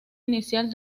inicial